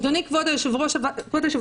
אדוני כבוד יושב ראש הוועדה,